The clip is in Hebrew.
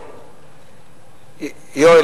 יואל,